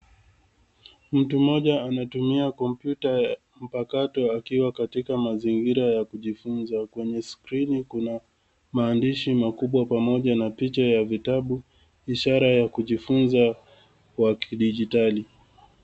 Mtu mmoja anatumia kompyuta ya mpakato akiwa katika mazingira ya kujifunza. Kwenye skrini kuna maandishi makubwa pamoja na picha ya vitabu, ishara ya kujifunza kwa kidijitali.